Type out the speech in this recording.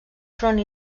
front